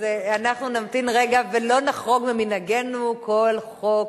אז אנחנו נמתין רגע ולא נחרוג ממנהגנו כל חוק,